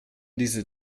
diese